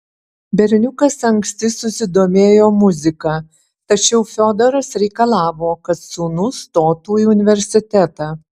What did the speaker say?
berniukas anksti susidomėjo muzika tačiau fiodoras reikalavo kad sūnus stotų į universitetą